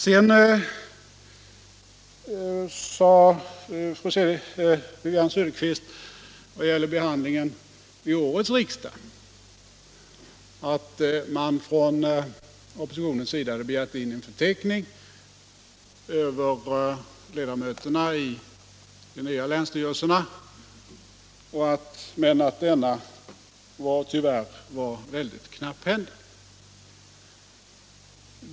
Wivi-Anne Cederqvist sade vad gäller behandlingen vid årets riksdag att man från oppositionens sida hade begärt in en förteckning över ledamöterna i de nya länsstyrelserna men att denna tyvärr var väldigt knapphändig.